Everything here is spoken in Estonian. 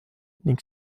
ning